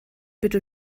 bitte